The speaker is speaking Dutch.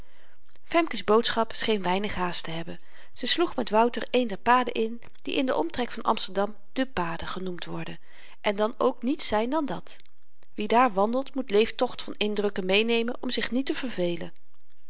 femkes boodschap scheen weinig haast te hebben ze sloeg met wouter een der paden in die in den omtrek van amsterdam de paden genoemd worden en dan ook niets zyn dan dat wie daar wandelt moet leeftocht van indrukken meenemen om zich niet te vervelen